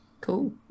Cool